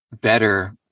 better